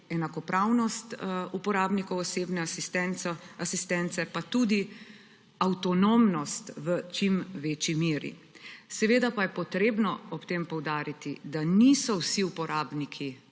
enakopravnost uporabnikov osebne asistence pa tudi avtonomnost v čim večji meri. Seveda pa je treba ob tem poudariti, da niso vsi uporabniki